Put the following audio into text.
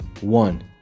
One